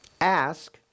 Ask